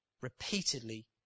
repeatedly